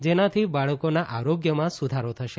જેનાથી બાળકોના આરોગ્યમાં સુધારો થશે